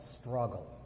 struggle